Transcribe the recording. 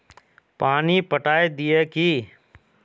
पानी पटाय दिये की?